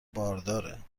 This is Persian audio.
بارداره